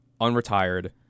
unretired